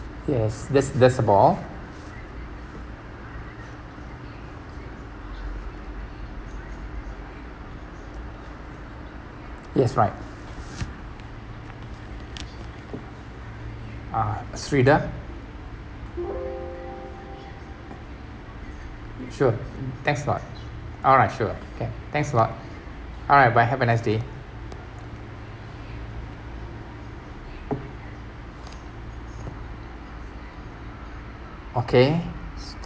yes that's that's about all yes right uh sherida sure thanks a lot alright sure can thanks a lot alright bye have a nice day okay stop